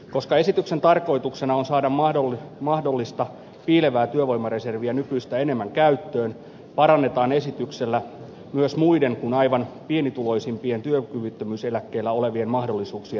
koska esityksen tarkoituksena on saada mahdollista piilevää työvoimareserviä nykyistä enemmän käyttöön parannetaan esityksellä myös muiden kuin aivan pienituloisimpien työkyvyttömyyseläkkeellä olevien mahdollisuuksia työntekoon